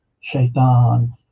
shaitan